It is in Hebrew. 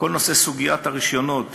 כל סוגיית הרישיונות